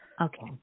Okay